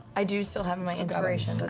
i do still have my inspiration.